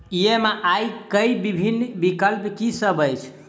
EMI केँ विभिन्न विकल्प की सब अछि